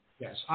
Yes